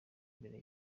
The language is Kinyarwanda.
imbere